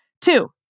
Two